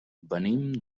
venim